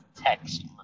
text